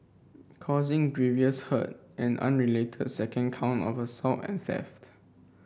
causing grievous hurt an unrelated second count of assault and theft